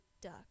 duck